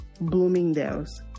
Bloomingdale's